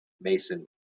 Mason